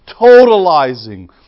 totalizing